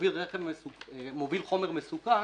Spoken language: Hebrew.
שמוביל חומר מסוכן,